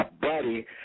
buddy